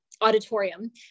auditorium